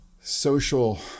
social